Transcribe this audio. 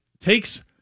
takes